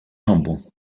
humble